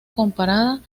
comparada